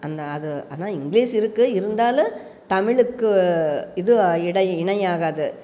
அந்த அது ஆனால் இங்கிலீஷ் இருக்குது இருந்தாலும் தமிழுக்கு இது இடை இணையாகாது